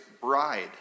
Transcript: bride